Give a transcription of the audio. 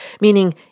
Meaning